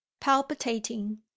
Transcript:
palpitating